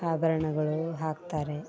ಆಭರಣಗಳು ಹಾಕ್ತಾರೆ